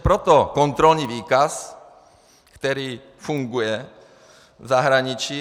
Proto kontrolní výkaz, který funguje v zahraničí.